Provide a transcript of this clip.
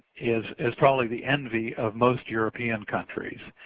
is is probably the envy of most european countries.